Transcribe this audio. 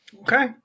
Okay